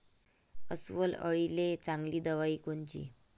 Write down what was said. अस्वल अळीले चांगली दवाई कोनची?